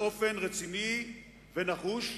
באופן רציני ונחוש,